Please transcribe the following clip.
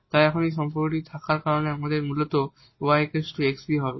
তাই এই সম্পর্ক থাকার কারণে আমাদের মূলত y xv হবে